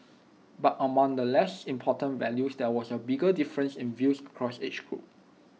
but among the less important values there was A bigger difference in views across the age groups